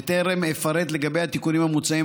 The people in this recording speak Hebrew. בטרם אפרט לגבי התיקונים המוצעים,